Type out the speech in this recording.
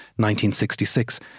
1966